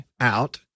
out